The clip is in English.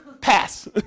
Pass